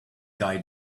guy